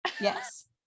yes